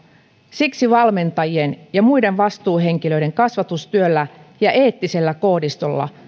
siksi valmentajien ja muiden vastuuhenkilöiden kasvatustyöllä ja eettisellä koodistolla